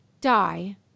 die